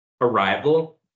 Arrival